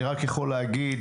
אני רק יכול להגיד,